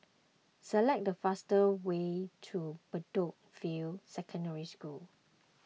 select the fastest way to Bedok View Secondary School